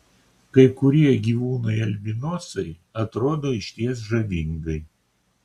kai kurie gyvūnai albinosai atrodo išties žavingai